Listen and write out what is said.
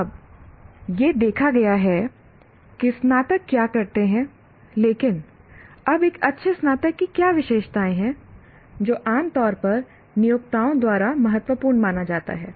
अब यह देखा गया है कि स्नातक क्या करते हैं लेकिन अब एक अच्छे स्नातक की क्या विशेषताएं हैं जो आमतौर पर नियोक्ताओं द्वारा महत्वपूर्ण माना जाता है